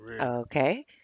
Okay